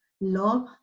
love